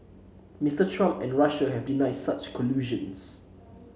Mister Trump and Russia have denied such collusions